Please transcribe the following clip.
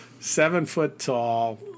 Seven-foot-tall